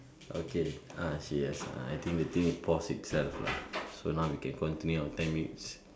okay ah yes uh I think the thing pause itself lah so now we can continue our ten minutes